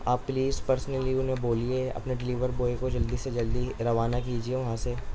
آپ please personally انہیں بولیے اپنے ڈلیور بوائے کو جلدی سے جلدی روانہ کیجیے وہاں سے